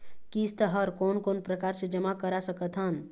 किस्त हर कोन कोन प्रकार से जमा करा सकत हन?